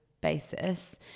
basis